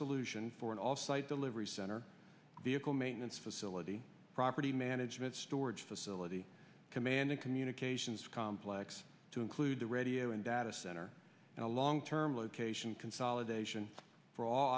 solution for an off site delivery center vehicle maintenance facility property management storage facility command and communications complex to include the radio and data center and a long term location consolidation f